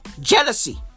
Jealousy